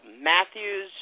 Matthews